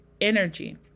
energy